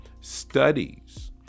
studies